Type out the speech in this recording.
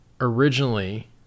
originally